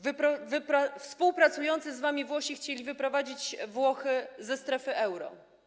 Współpracujący z wami Włosi chcieli wyprowadzić Włochy ze strefy euro.